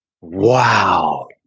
Wow